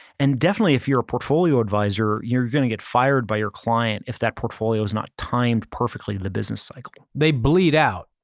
and definitely if you're a portfolio advisor, you're going to get fired by your client if that portfolio is not timed perfectly to the business cycle. they bleed out.